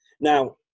Now